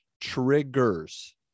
triggers